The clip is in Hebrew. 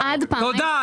עד פעמיים --- תודה,